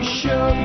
show